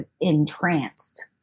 entranced